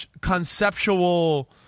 conceptual